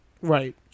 Right